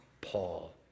Paul